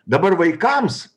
dabar vaikams